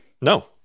No